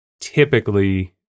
typically